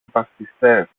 υπασπιστές